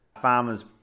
farmers